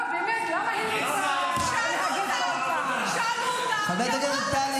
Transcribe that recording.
מה גבר, חבר הכנסת ווליד, שאלתי אותה בטרם.